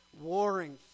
warring